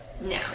No